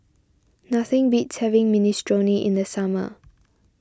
nothing beats having Minestrone in the summer